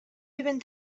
even